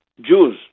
Jews